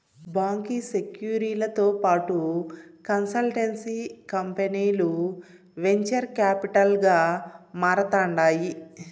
బాంకీ సెక్యూరీలతో పాటు కన్సల్టెన్సీ కంపనీలు వెంచర్ కాపిటల్ గా మారతాండాయి